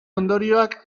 ondorioak